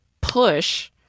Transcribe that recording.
push